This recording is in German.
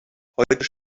heute